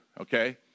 okay